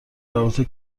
رابطه